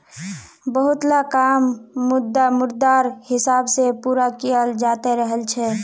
बहुतला काम मुद्रार हिसाब से पूरा कियाल जाते रहल छे